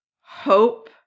Hope